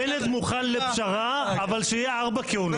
בנט מוכן לפשרה, אבל שיהיו ארבע כהונות.